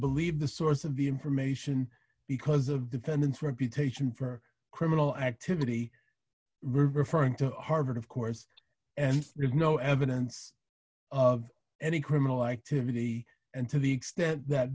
believed the source of the information because of defendant's reputation for criminal activity referring to harvard of course and there's no evidence of any criminal activity and to the extent that